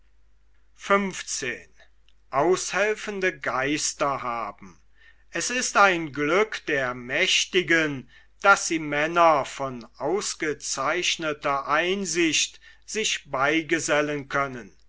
es ist ein glück der mächtigen daß sie männer von ausgezeichneter einsicht sich beigesellen können